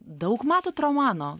daug matot romano